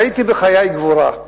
ראיתי בחיי גבורה.